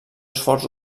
esforç